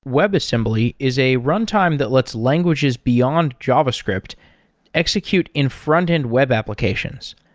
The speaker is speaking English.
webassembly is a runtime that lets languages beyond javascript executes in front-end web applications.